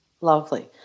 lovely